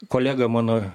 kolega mano